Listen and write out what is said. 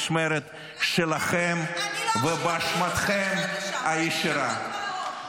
זה קרה במשמרת שלכם ובאשמתכם הישירה.